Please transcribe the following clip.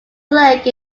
lake